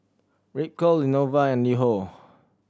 Ripcurl Lenovo and LiHo